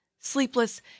sleepless